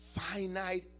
finite